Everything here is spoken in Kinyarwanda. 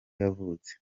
yavutse